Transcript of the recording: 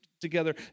together